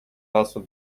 also